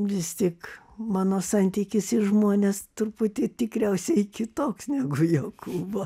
vis tik mano santykis į žmones truputį tikriausiai kitoks negu jokūbo